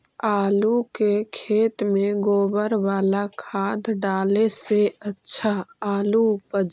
आलु के खेत में गोबर बाला खाद डाले से अच्छा आलु उपजतै?